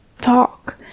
talk